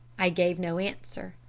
i gave no answer.